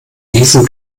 diesem